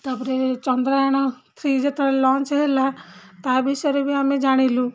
ତା'ପରେ ଚନ୍ଦ୍ରାୟଣ ଥ୍ରୀ ଯେତେବେଳେ ଲଞ୍ଚ ହେଲା ତା ବିଷୟରେ ବି ଆମେ ଜାଣିଲୁ